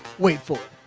wait for